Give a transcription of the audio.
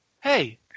hey